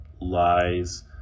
lies